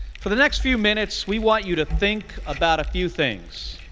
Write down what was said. for the next few minutes, we want you to think about a few things.